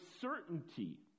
certainty